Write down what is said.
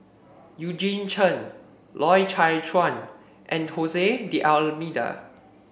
Eugene Chen Loy Chye Chuan and Jose D'Almeida